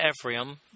Ephraim